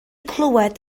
clywed